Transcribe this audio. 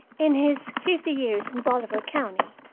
in his fifty years in bolivar county,